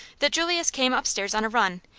that julius came upstairs on a run,